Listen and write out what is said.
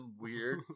weird